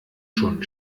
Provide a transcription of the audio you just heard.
schon